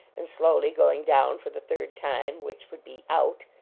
and slowly going down for the third time, which would be out.